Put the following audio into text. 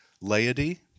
laity